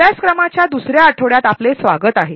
अभ्यासक्रमाचा दुसर्या आठवड्यात आपले स्वागत आहे